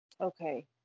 Okay